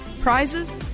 prizes